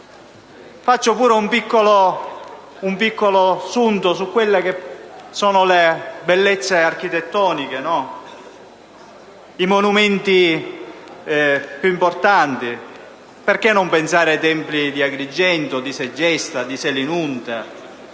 Faccio anche un breve sunto delle bellezze architettoniche, dei monumenti più importanti. Perché non pensare ai templi di Agrigento, di Segesta, di Selinunte,